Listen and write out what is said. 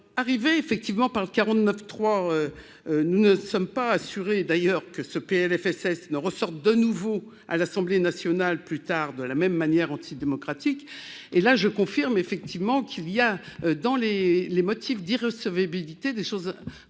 arriver effectivement par le 49 3, nous ne sommes pas assuré d'ailleurs que ce PLFSS ne ressorte de nouveau à l'Assemblée nationale, plus tard, de la même manière antidémocratique et là je confirme effectivement qu'il y a dans les les motifs d'irrecevabilité des choses